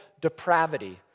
depravity